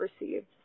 received